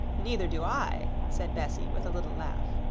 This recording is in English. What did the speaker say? neither do i, said bessie with a little laugh.